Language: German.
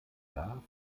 jahr